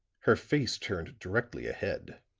her face turned directly ahead.